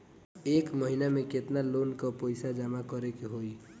एक महिना मे केतना लोन क पईसा जमा करे क होइ?